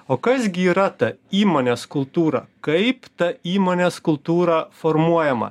o kas gi yra ta įmonės kultūra kaip ta įmonės kultūra formuojama